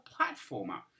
platformer